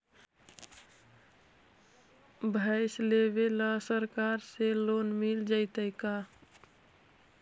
भैंस लेबे ल सरकार से लोन मिल जइतै का?